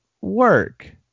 work